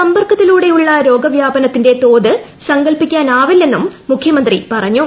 സമ്പർക്കത്തിലൂടെയുള്ള രോഗവ്യാപനത്തിന്റെ തോത് സങ്കൽപ്പിക്കാനാവില്ലെന്നും മുഖ്യമന്ത്രി പറഞ്ഞു